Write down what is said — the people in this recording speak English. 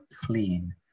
clean